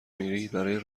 میری؟ برای